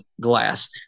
glass